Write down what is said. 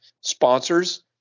sponsors